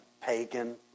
pagan